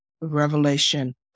Revelation